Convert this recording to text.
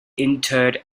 interred